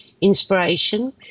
inspiration